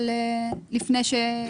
כן.